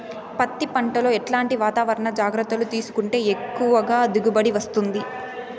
పత్తి పంట లో ఎట్లాంటి వాతావరణ జాగ్రత్తలు తీసుకుంటే ఎక్కువగా దిగుబడి వస్తుంది?